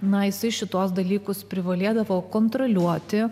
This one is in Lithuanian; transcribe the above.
na jisai šituos dalykus privalėdavo kontroliuoti